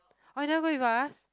oh you never go with us